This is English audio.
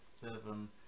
seven